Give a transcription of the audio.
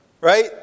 Right